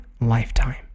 lifetime